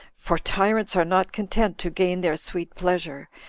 for tyrants are not content to gain their sweet pleasure,